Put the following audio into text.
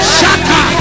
Shaka